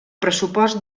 pressupost